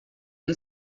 une